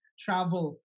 travel